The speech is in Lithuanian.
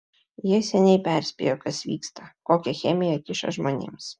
jie seniai perspėjo kas vyksta kokią chemiją kiša žmonėms